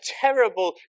terrible